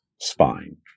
spine